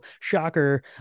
shocker